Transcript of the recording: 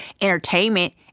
Entertainment